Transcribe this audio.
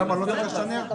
שם לא צריך לשנע?